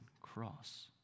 cross